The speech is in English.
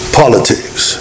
politics